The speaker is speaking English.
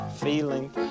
feeling